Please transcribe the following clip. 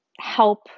help